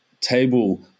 table